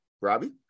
Robbie